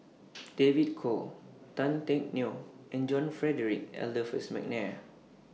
David Kwo Tan Teck Neo and John Frederick Adolphus Mcnair